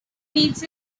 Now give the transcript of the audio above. meets